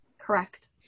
Correct